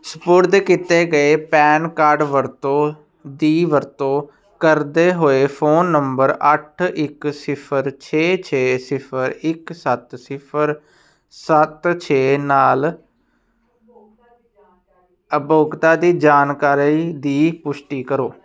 ਸਪੁਰਦ ਕੀਤੇ ਗਏ ਪੈਨ ਕਾਰਡ ਦੀ ਵਰਤੋਂ ਕਰਦੇ ਹੋਏ ਫ਼ੋਨ ਨੰਬਰ ਅੱਠ ਇੱਕ ਸਿਫ਼ਰ ਛੇ ਛੇ ਸਿਫ਼ਰ ਇੱਕ ਸੱਤ ਸਿਫ਼ਰ ਸੱਤ ਛੇ ਨਾਲ ਉਪਭੋਗਤਾ ਦੀ ਜਾਣਕਾਰੀ ਦੀ ਪੁਸ਼ਟੀ ਕਰੋ